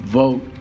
vote